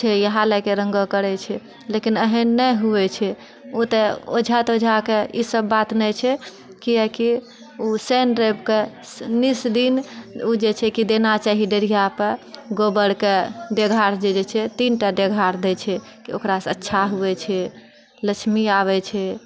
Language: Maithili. छै इएह लए कऽ रङ्गो करै छै लेकिन एहन नहि होइ छै ओ तऽ ओझा तोझाके ई सभ बात नहि छै किआकि ओ शनि रविके निशदिन ओ जेछै कि देना चाही दरगाह पर गोबरके देघार जेछै तीनटा देघार देइछै तऽ ओकरासँ अच्छा होइत छै लक्ष्मी आबै छै